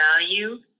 value